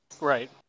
Right